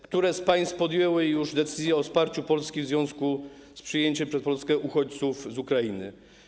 Które z państw podjęły już decyzję o wsparciu Polski w związku z przyjęciem przez Polskę uchodźców z Ukrainy?